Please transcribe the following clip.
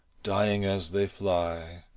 dying as they fly,